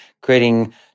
creating